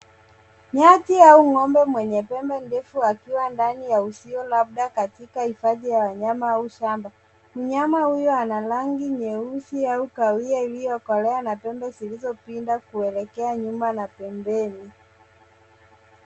Nyati au ng'ombe mwenye pembe ndefu akiwa ndani ya uzio labda katika hifadhi ya wanyama au shamba. Mnyama huyo ana rangi nyeusi au kahawia iliyokolea na pembe zilizopinda kueekea nyuma na pembeni.